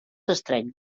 estreny